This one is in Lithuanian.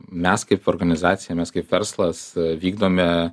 mes kaip organizacija mes kaip verslas vykdome